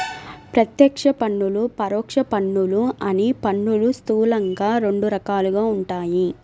ప్రత్యక్ష పన్నులు, పరోక్ష పన్నులు అని పన్నులు స్థూలంగా రెండు రకాలుగా ఉంటాయి